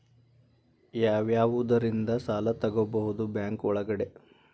ಯಾವ್ಯಾವುದರಿಂದ ಸಾಲ ತಗೋಬಹುದು ಬ್ಯಾಂಕ್ ಒಳಗಡೆ?